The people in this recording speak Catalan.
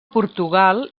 portugal